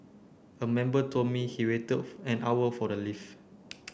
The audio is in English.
a member told me he waited an hour for the lift